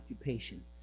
occupation